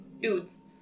dudes